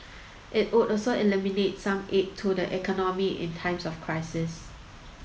it would also eliminate some aid to the economy in times of crisis